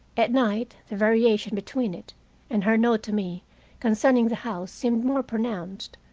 at night the variation between it and her note to me concerning the house seemed more pronounced.